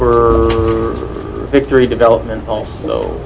for victory development